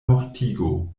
mortigo